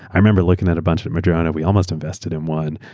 i remember looking at a bunch at madrona. we almost invested in one.